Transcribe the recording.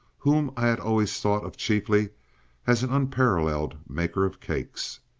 whom i had always thought of chiefly as an unparalleled maker of cakes.